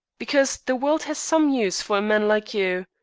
because the world has some use for a man like you.